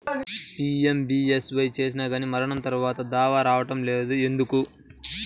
PMBSY చేసినా కానీ మరణం తర్వాత దావా రావటం లేదు ఎందుకు?